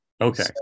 okay